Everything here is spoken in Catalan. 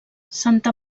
santa